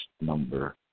number